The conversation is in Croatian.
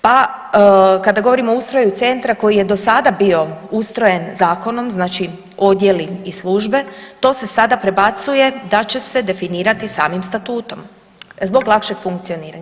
Pa kad govorimo o ustroju centra koji je do sada bio ustrojen zakonom, znači odjeli i službe to se sada prebacuje da će se definirati samim statutom zbog lakšeg funkcioniranja.